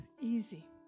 easy